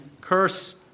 curse